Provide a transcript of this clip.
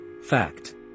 Fact